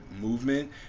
movement